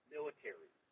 Military